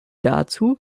dazu